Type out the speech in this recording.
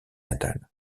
natale